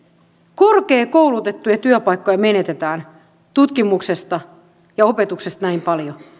korkeakoulutettujen työpaikkoja menetetään tutkimuksesta ja opetuksesta näin paljon